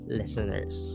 listeners